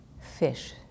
fish